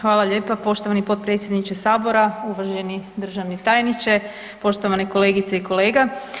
Hvala lijepa poštovani potpredsjedniče Sabora, uvaženi državni tajniče, poštovane kolegice i kolega.